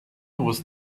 was